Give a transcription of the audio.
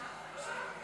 באיזו שעה אתה רוצה?